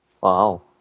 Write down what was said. Wow